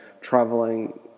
traveling